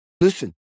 Listen